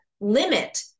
limit